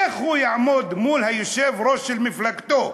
איך הוא יעמוד מול היושב-ראש של מפלגתו,